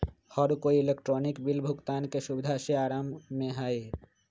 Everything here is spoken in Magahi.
हर कोई इलेक्ट्रॉनिक बिल भुगतान के सुविधा से आराम में हई